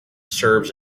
serves